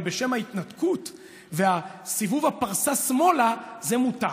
אבל בשם ההתנתקות וסיבוב הפרסה שמאלה, זה מותר.